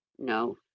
No